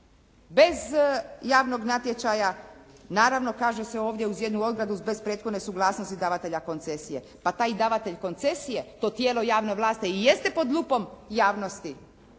bez javnog natječaja, naravno kaže se ovdje uz jednu ogradu, bez prethodne suglasnosti davatelja koncesije. Pa taj davatelj koncesije, to tijelo javne vlasti jeste pod lupom javnosti